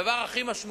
הדבר הכי משמעותי,